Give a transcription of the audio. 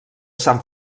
sant